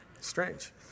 Strange